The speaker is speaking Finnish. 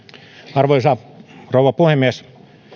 arvoisa rouva puhemies